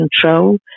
control